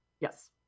Yes